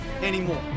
anymore